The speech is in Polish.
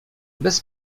bez